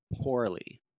poorly